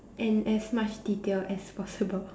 in as much detail as possible